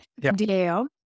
DAO